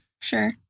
Sure